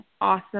awesome